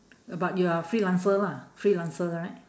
uh but you are a freelancer lah freelancer right